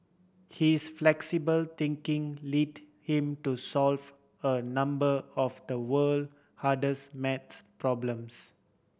his flexible thinking led him to solve a number of the world hardest math problems